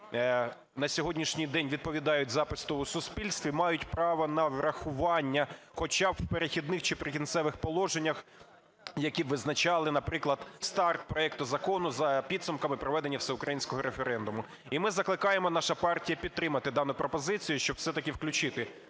на сьогоднішній день відповідають запиту суспільства, мають право на врахування хоча б в "Перехідних чи прикінцевих положеннях", які визначали, наприклад, старт проекту закону за підсумками проведення всеукраїнського референдуму. І ми закликаємо, наша партія, підтримати дану пропозицію, щоб все-таки включити